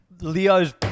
Leo's